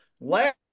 Last